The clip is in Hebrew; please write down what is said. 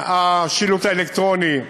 השילוט האלקטרוני.